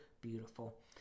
beautiful